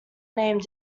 named